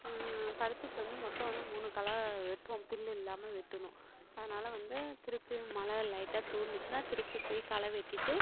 பருத்திக்கு வந்து மொத்தம் வந்து மூணு களை வெட்டுவோம் புல்லு இல்லாமல் வெட்டுணும் அதனால் வந்து திருப்பியும் மழை லைட்டாக தூறுனுச்சின்னா திருப்பி போய் களை வெட்டிட்டு